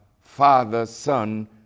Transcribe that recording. father-son